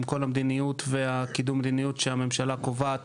עם כל המדיניות וקידום המדיניות שהממשלה קובעת